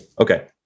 Okay